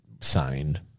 signed